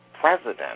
president